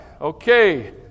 Okay